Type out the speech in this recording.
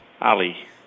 Ali